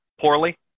Poorly